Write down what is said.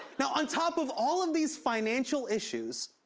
now, on top of all of these financial issues,